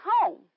home